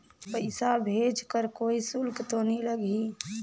पइसा भेज कर कोई शुल्क तो नी लगही?